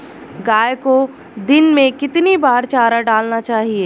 गाय को दिन में कितनी बार चारा डालना चाहिए?